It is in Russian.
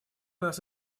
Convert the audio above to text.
нас